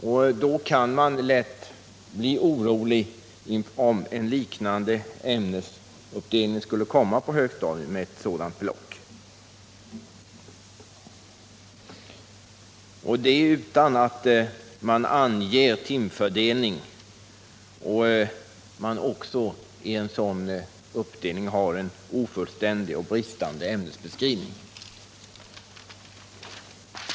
Därför kan man känna oro för en liknande ämnesuppdelning på högstadiet, särskilt om ämnet hamnat i ett block utan angivande av timfördelning och med en ofullständig och bristande ämnesbeskrivning.